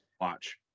watch